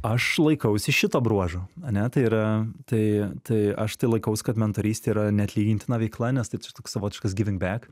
aš laikausi šito bruožo ane tai yra tai tai aš tai laikaus kad mentorystė yra neatlygintina veikla nes tai toks savotiškas givinbek